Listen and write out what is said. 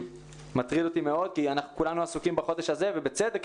זה מטריד אותנו מאוד כי כולנו עסוקים בזה בחודש הזה ובצדק.